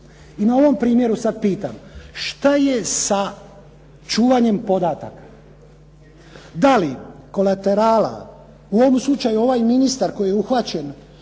I na ovom primjeru sad pitam šta je sa čuvanjem podataka? Da li kolaterala, u ovom slučaju ovaj ministar koji je uhvaćen